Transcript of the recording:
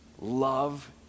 love